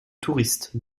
touristes